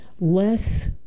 Less